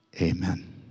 Amen